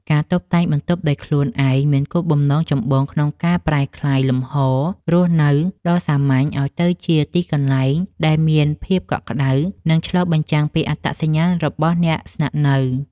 ការតុបតែងបន្ទប់ដោយខ្លួនឯងមានគោលបំណងចម្បងក្នុងការប្រែក្លាយលំហរស់នៅដ៏សាមញ្ញ ឱ្យទៅជាទីកន្លែងដែលមានភាពកក់ក្ដៅ និងឆ្លុះបញ្ចាំងពីអត្តសញ្ញាណរបស់អ្នកស្នាក់នៅ។